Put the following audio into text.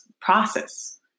process